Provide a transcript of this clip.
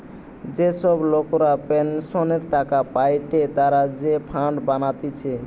যে সব লোকরা পেনসনের টাকা পায়েটে তারা যে ফান্ড বানাতিছে